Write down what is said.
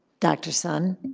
dr. sun?